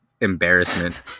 embarrassment